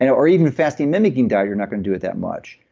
and or even fasting mimicking diet, you're not going to do it that much.